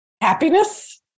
Happiness